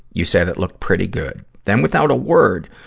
you said it looked pretty good. then, without a word,